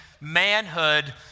manhood